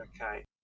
Okay